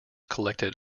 collected